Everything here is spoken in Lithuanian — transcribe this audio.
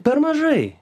per mažai